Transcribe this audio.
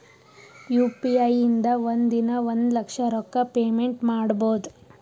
U P I ಇಂದ ಒಂದ್ ದಿನಾ ಒಂದ ಲಕ್ಷ ರೊಕ್ಕಾ ಪೇಮೆಂಟ್ ಮಾಡ್ಬೋದ್